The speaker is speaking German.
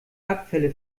abfälle